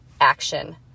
action